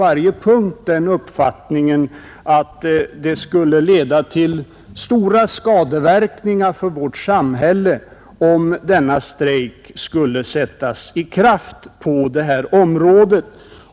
Jag delar helt uppfattningen att det skulle leda till stora skadeverkningar för vårt samhälle om denna strejk skulle sättas i kraft på detta område.